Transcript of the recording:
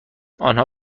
آنها